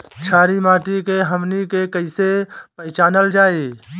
छारी माटी के हमनी के कैसे पहिचनल जाइ?